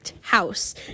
house